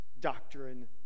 doctrine